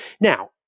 Now